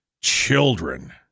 children